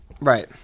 Right